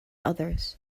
others